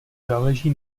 záleží